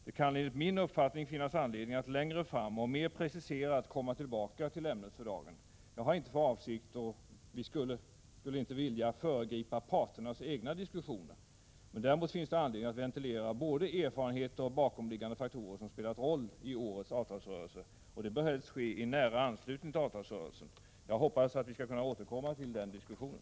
Det kan enligt min uppfattning finnas anledning att längre fram och mer preciserat komma tillbaka till ämnet för dagen. Vi skulle inte vilja föregripa parternas egna diskussioner, men det finns anledning att ventilera erfarenheter och bakomliggande faktorer som spelat roll i årets avtalsrörelse. Och detta bör helst ske i nära anslutning till avtalsrörelsen. Jag hoppas att vi skall kunna återkomma till den diskussionen.